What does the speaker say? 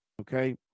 Okay